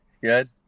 Good